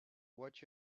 watch